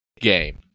game